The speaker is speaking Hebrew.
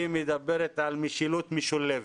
היא מדברת על משילות משולבת.